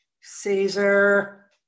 Caesar